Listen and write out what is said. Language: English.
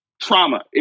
trauma